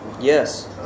Yes